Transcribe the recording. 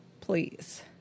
Please